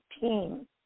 team